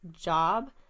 job